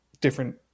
different